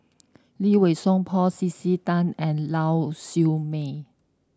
Lee Wei Song Paul C C Tan and Lau Siew Mei